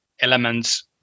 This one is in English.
elements